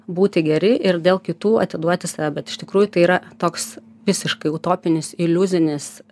būti geri ir dėl kitų atiduoti save bet iš tikrųjų tai yra toks visiškai utopinis iliuzinis